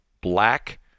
black